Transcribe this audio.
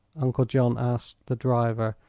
uncle john asked the driver,